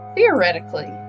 Theoretically